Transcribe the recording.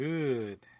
Good